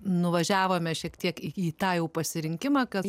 nuvažiavome šiek tiek į tą pasirinkimą kad